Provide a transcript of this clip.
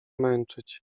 męczyć